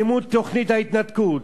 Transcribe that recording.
מימון תוכנית ההתנתקות,